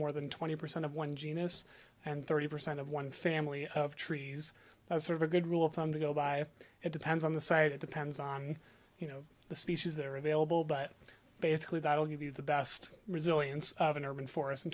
more than twenty percent of one genus and thirty percent of one family trees that's sort of a good rule of thumb to go by it depends on the site it depends on you know the species that are available but basically that will give you the best resilience of an urban forest in